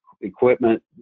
equipment